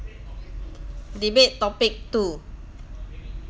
debate topic two